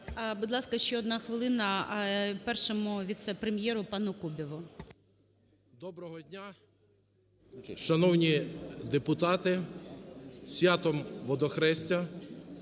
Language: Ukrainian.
Доброго дня, шановні депутати! Зі святом Водохреща.